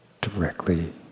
directly